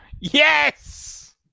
yes